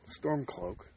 Stormcloak